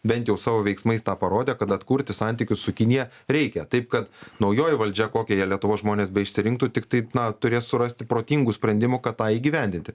bent jau savo veiksmais tą parodė kad atkurti santykius su kinija reikia taip kad naujoji valdžia kokią ją lietuvos žmonės beišsirinktų tiktai na turės surasti protingų sprendimų kad tai įgyvendinti